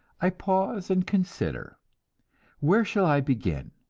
i pause and consider where shall i begin?